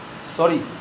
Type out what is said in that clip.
Sorry